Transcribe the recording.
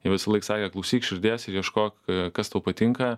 jie visąlaik sakė klausyk širdies ir ieškok kas tau patinka